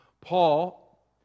Paul